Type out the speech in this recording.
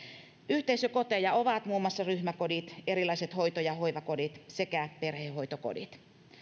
yhteisökoteja ovat muun muassa ryhmäkodit erilaiset hoito ja hoivakodit sekä perhehoitokodit